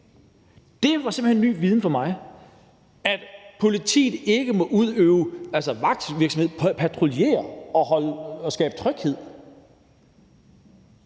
Det er simpelt hen ny viden for mig, at politiet ikke må udøve vagtvirksomhed, patruljere og skabe tryghed.